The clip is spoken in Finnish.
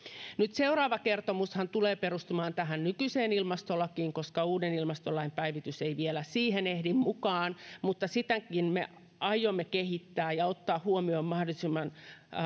seuraava kertomushan tulee perustumaan tähän nykyiseen ilmastolakiin koska uuden ilmastolain päivitys ei vielä siihen ehdi mukaan mutta sitäkin me aiomme kehittää ja ottaa huomioon mahdollisimman